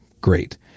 great